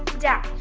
down.